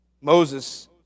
Moses